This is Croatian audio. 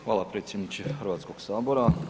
Hvala predsjedniče Hrvatskog sabora.